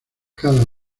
cada